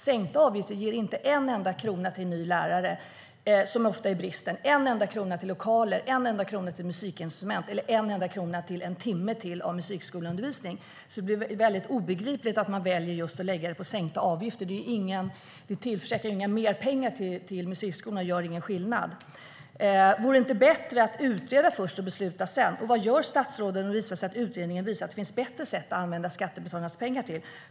Sänkta avgifter ger inte en enda krona till lärare som det ofta är brist på, en enda krona till lokaler, en enda krona till musikinstrument eller en enda krona till en timme till av musikskoleundervisning. Det är obegripligt att man väljer att satsa på sänkta avgifter. Det tillförsäkrar inga mer pengar till musikskolorna och gör ingen skillnad. Vore det inte bättre att utreda först och besluta sedan? Vad gör statsrådet om utredningen visar att det finns bättre sätt att använda skattebetalarnas pengar?